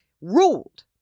ruled